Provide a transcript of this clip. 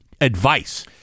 advice